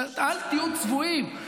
אל תהיו צבועים,